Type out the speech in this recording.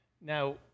Now